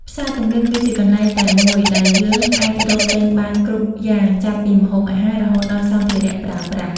ផ្សារទំនើបគឺជាកន្លែងតែមួយដែលយើងអាចរកទិញបានគ្រប់យ៉ាងចាប់ពីម្ហូបអាហាររហូតដល់សម្ភារៈប្រើប្រាស់។